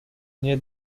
nie